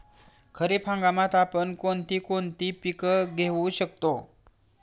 खरीप हंगामात आपण कोणती कोणती पीक घेऊ शकतो?